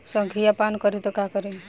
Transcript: संखिया पान करी त का करी?